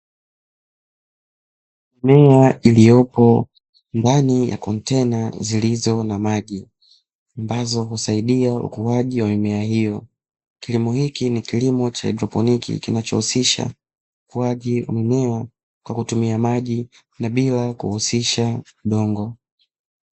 Mimea iliyopo ndani ya kontena zilizo na maji ambazo husaidia ukuaji wa mimea hiyo; kilimo hiki ni kilimo cha haidroponi kinachohusisha ukuaji wa mimea kwa kutumia maji na bila kuhusisha udongo.